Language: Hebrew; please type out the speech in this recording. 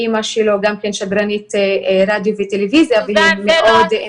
אמא שלו גם כן שדרנית רדיו וטלוויזיה --- סוזן,